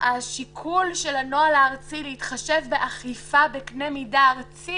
השיקול של הנוהל הארצי להתחשב באכיפה בקנה-מידה ארצי